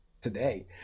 today